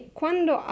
quando